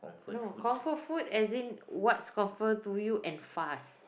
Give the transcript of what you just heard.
no comfort food as in what's comfort to you and fast